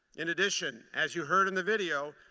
in addition, as you heard in the video,